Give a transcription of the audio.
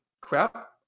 crap